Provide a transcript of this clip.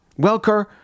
Welker